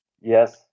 Yes